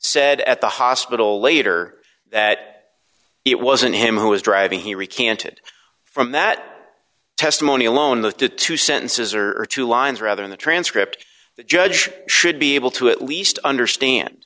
said at the hospital later that it wasn't him who was driving he recanted from that testimony alone the two sentences or two lines rather in the transcript the judge should be able to at least understand